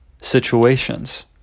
situations